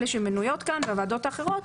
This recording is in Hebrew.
אלה שמנויות כאן והוועדות האחרות,